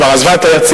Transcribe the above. היא כבר עזבה את היציע,